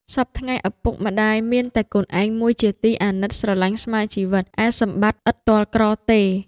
សព្វថ្ងៃឪពុក ម្ដាយមានតែកូនឯងមួយជាទី អាណិតស្រឡាញ់ស្មើជីវិត ឯសម្បត្ដិឥតទ័លក្រទេ